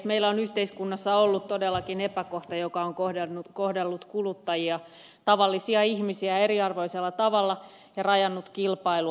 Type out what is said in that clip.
meillä on yhteiskunnassa ollut todellakin epäkohta joka on kohdellut kuluttajia tavallisia ihmisiä eriarvoisella tavalla ja rajannut kilpailua